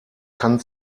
kann